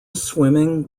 swimming